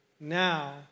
Now